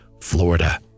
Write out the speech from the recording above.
Florida